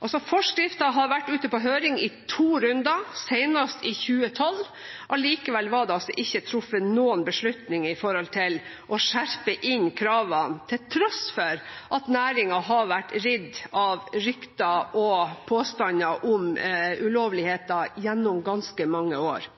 Forskriften har vært ute på høring i to runder, senest i 2012. Likevel var det altså ikke truffet noen beslutninger med hensyn til å innskjerpe kravene, til tross for at næringen har vært ridd av rykter og påstander om ulovligheter gjennom ganske mange år.